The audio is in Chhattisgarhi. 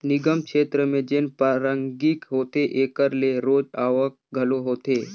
निगम छेत्र में जेन पारकिंग होथे एकर ले रोज आवक घलो होथे